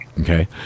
Okay